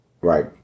right